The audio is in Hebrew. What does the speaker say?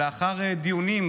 לאחר דיונים,